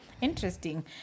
interesting